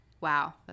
Wow